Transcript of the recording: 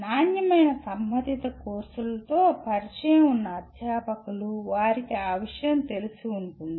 నాణ్యమైన సంబంధిత కోర్సులతో పరిచయం ఉన్న అధ్యాపకులు వారికి ఆ విషయం తెలిసి ఉంటుంది